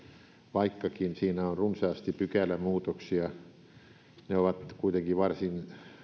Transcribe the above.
vaikkakin siinä on runsaasti pykälämuutoksia ne ovat kuitenkin varsin